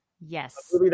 yes